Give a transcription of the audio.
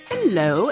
Hello